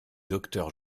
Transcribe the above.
docteur